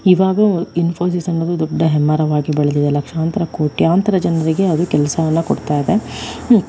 ಇವಾಗೂ ಇನ್ಫೋಸಿಸ್ ಅನ್ನೋದು ದೊಡ್ಡ ಹೆಮ್ಮರವಾಗಿ ಬೆಳದಿದೆ ಲಕ್ಷಾಂತರ ಕೋಟ್ಯಂತರ ಜನರಿಗೆ ಅದು ಕೆಲಸವನ್ನು ಕೊಡ್ತಾಯಿದೆ